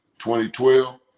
2012